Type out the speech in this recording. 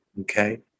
okay